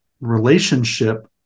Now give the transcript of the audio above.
relationship